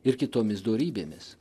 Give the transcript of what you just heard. ir kitomis dorybėmis